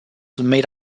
made